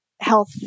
health